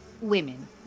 Women